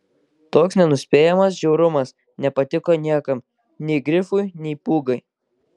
toks nenuspėjamas žiaurumas nepatiko niekam nei grifui nei pūgai